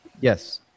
Yes